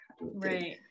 right